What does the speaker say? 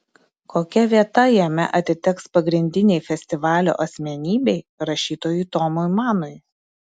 kokia vieta jame atiteks pagrindinei festivalio asmenybei rašytojui tomui manui